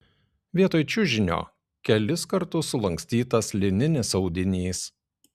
vietoj čiužinio kelis kartus sulankstytas lininis audinys